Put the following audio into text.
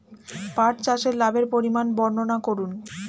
পাঠ চাষের লাভের পরিমান বর্ননা করুন?